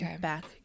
back